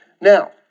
Now